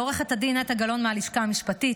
לעו"ד נטע גלאון מהלשכה המשפטית,